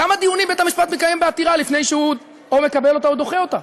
כמה דיונים בית-המשפט מקיים בעתירה לפני שהוא מקבל או דוחה אותה?